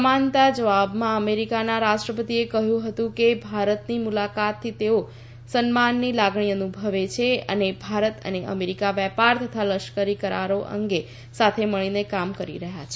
સન્માનના જવાબમાં અમેરિકાના રાષ્ટ્રપતિએ કહ્યું હતું કે ભારતની મુલાકાતથી તેઓ સન્માનની લાગણી અનુભવે છે અને ભારત અને અમેરિકા વેપાર તથા લશ્કરી કરારો અંગે સાથે મળીને કામ કરી રહ્યા છે